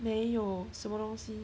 没有什么东西